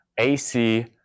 AC